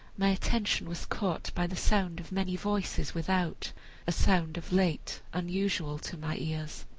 my attention was caught by the sound of many voices without a sound of late unusual to my ears.